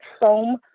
foam